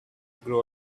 grow